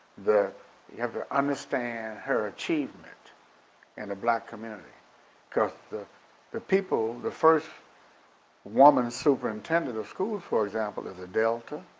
the you have to understand her achievement in and the black community cause the the people, the first woman superintendent of schools for example is a delta,